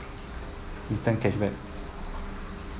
instant cashback